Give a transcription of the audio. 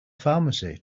pharmacy